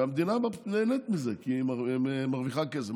והמדינה נהנית מזה כי היא מרוויחה כסף.